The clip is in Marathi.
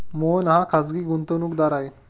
मोहन हा खाजगी गुंतवणूकदार आहे